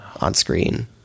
on-screen